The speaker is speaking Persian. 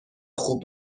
خوب